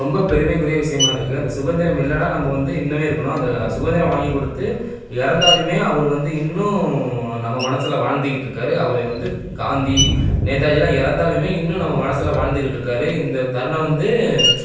ரொம்ப பெருமைக்குரிய விஷயமா இருக்குது அந்த சுதந்திரம் இல்லைன்னா நம்ப வந்து இன்னுமே இருக்கணும் அந்த சுதந்திரம் வாங்கிக் கொடுத்து இறந்தாலுமே அவர் வந்து இன்னும் நம்ம மனசில் வாழ்ந்துக்கிட்டிருக்காரு அவர் வந்து காந்தி நேதாஜிலாம் இறந்தாலுமே இன்னும் நம்ம மனசில் வாழ்ந்துகிட்டிருக்காரு இந்த தருணம் வந்து